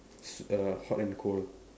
su err hot and cold